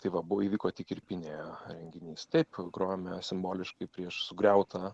taip va abu įvyko tik irpynėje renginys taip grojome simboliškai prieš sugriautą